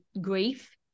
grief